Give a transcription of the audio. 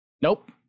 nope